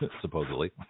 supposedly